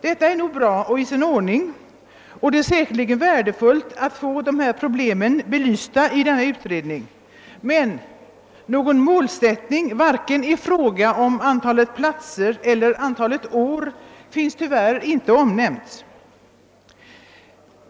Detta är nog bra och i sin ordning, och det är säkerligen värdefullt att få de här problemen belysta i utredningen, men någon målsättning vare sig i fråga om antal platser eller antal år finns tyvärr inte med.